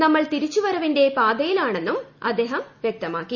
നമ്മൾ തിരിച്ചുവരവിന്റെ പാതയിലാണും അദ്ദേഹം വ്യക്തമാക്കി